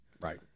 right